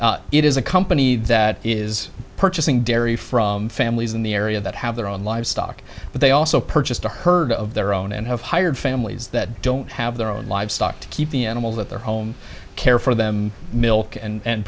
pradesh it is a company that is purchasing dairy from families in the area that have their own live stock but they also purchased a herd of their own and have hired families that don't have their own livestock to keep the animals at their home care for them milk and